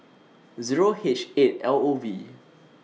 Zero H eight L O V